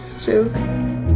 joke